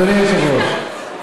אין לי חוש הומור,